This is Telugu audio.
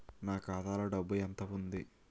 నా ఖాతాలో డబ్బు ఎంత ఉంది?